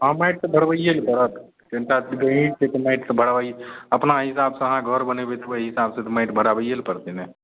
हँ तऽ माटि तऽ भरबैये लऽ पड़त कनिटा गहिर छै तऽ माटि तऽ भरबैये अपना हिसाब से अहाँ घर बनेबै तऽ ओहि हिसाब से तऽ माटि भराबैये लऽ पड़तै ने